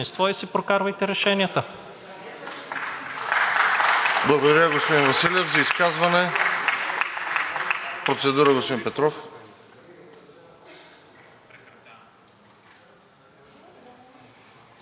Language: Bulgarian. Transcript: и си прокарвайте решенията.